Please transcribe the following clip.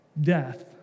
death